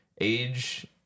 Age